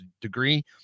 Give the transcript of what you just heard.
degree